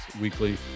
Weekly